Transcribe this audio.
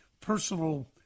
personal